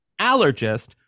allergist